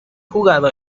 jugado